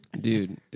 Dude